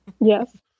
yes